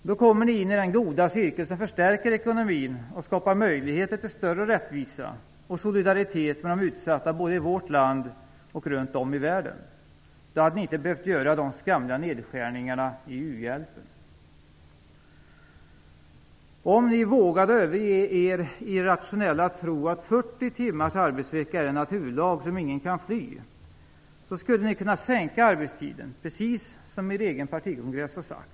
Då kommer ni in i den goda cirkel som förstärker ekonomin och skapar möjligheter till större rättvisa och solidaritet med de utsatta både i vårt land och runt om i världen. Då hade ni inte behövt göra de skamliga nedskärningarna i uhjälpen. Om ni vågade överge er irrationella tro att 40 timmars arbetsvecka är en naturlag som ingen kan fly, skulle ni kunna sänka arbetstiden, precis som er egen partikongress har sagt.